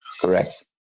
Correct